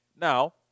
now